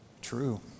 true